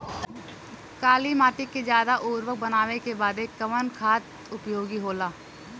काली माटी के ज्यादा उर्वरक बनावे के बदे कवन खाद उपयोगी होला?